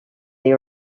they